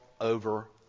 over